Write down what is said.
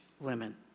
women